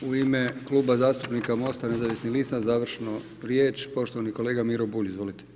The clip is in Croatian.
U ime Kluba zastupnika Mosta nezavisnih lista, završnu riječ poštovani kolega Miro Bulj, izvolite.